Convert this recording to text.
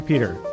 Peter